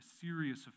serious